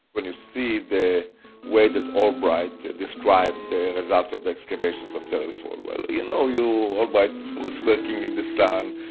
when you see the way that albright described the results of the excavations of tell el-ful, well, you know, you, albright was working in the sun,